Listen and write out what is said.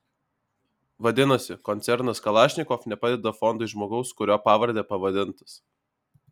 vadinasi koncernas kalašnikov nepadeda fondui žmogaus kurio pavarde pavadintas